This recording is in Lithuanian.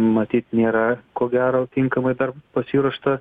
matyt nėra ko gero tinkamai pasiruošta